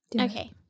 Okay